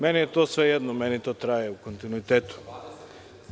Meni je to svejedno, meni to traje u kontinuitetu.